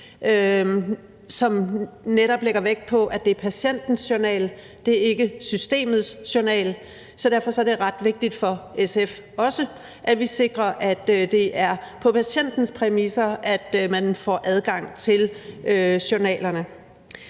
som netop lægger vægt på, at det er patientens journal. Det er ikke systemets journal. Så derfor er det også ret vigtigt for SF, at vi sikrer, at det er på patientens præmisser, at man får adgang til journalerne.